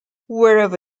wherever